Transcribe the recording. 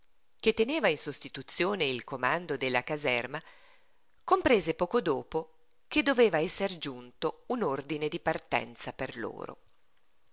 che teneva in sostituzione il comando della caserma comprese poco dopo che doveva esser giunto un ordine di partenza per loro